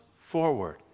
forward